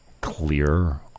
clear